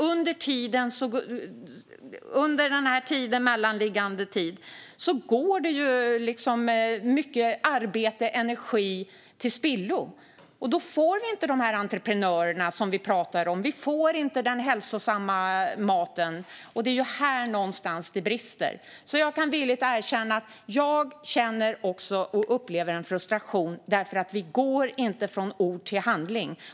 Under den här mellanliggande tiden går nämligen mycket arbete och energi till spillo. Och vi får inte de här entreprenörerna som vi pratar om. Vi får inte den hälsosamma maten. Det är där någonstans det brister. Jag ska villigt erkänna att jag också upplever en frustration eftersom det inte går från ord till handling.